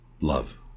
love